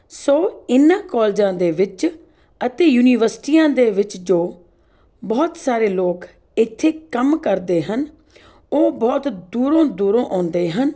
ਸੋ ਇਹਨਾਂ ਕੋਲਜਾਂ ਦੇ ਵਿੱਚ ਅਤੇ ਯੂਨੀਵਰਸਿਟੀਆਂ ਦੇ ਵਿੱਚ ਜੋ ਬਹੁਤ ਸਾਰੇ ਲੋਕ ਇੱਥੇ ਕੰਮ ਕਰਦੇ ਹਨ ਉਹ ਬਹੁਤ ਦੂਰੋਂ ਦੂਰੋਂ ਆਉਂਦੇ ਹਨ